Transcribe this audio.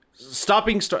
Stopping